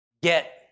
get